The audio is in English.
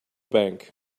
bank